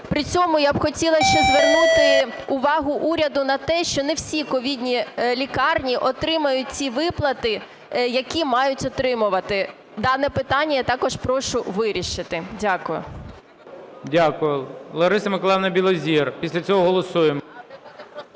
При цьому я б хотіла ще звернути увагу уряду на те, що не всі ковідні лікарні отримують ці виплати, які мають отримувати. Дане питання я також прошу вирішити. Дякую. ГОЛОВУЮЧИЙ. Дякую. Лариса Миколаївна Білозір. Після цього голосуємо.